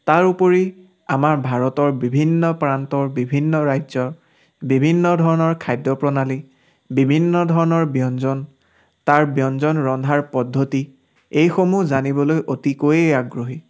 তাৰোপৰি আমাৰ ভাৰতৰ বিভিন্ন প্ৰান্তৰ বিভিন্ন ৰাজ্যৰ বিভিন্ন ধৰণৰ খাদ্য প্ৰণালী বিভিন্ন ধৰণৰ ব্যঞ্জন তাৰ ব্যঞ্জন ৰন্ধাৰ পদ্ধতি এইসমূহ জানিবলৈ অতিকৈয়ে আগ্ৰহী